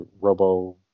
robo